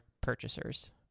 purchasers